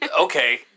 Okay